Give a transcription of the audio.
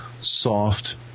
soft